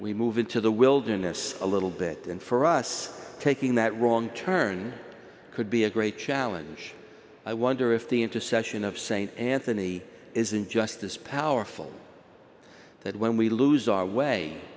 we move into the wilderness a little bit and for us taking that wrong turn could be a great challenge i wonder if the intercession of st anthony isn't just this powerful that when we lose our way